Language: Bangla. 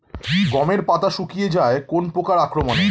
গমের পাতা শুকিয়ে যায় কোন পোকার আক্রমনে?